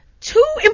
two